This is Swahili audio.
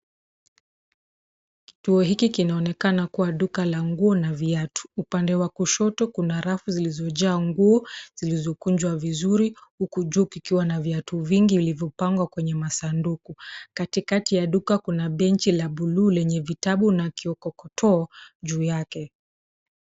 Kituo hiki kinaonekana kuwa duka la nguo na viatu. Upande wa kushoto kuna rafu zilizojaa nguo zilizokunjwa vizuri huku juu kukiwa na viatu vingi vilivyopangwa kwenye masanduku. Katikati ya duka kuna benchi la buluu lenye vitabu na kikokoto juu yake.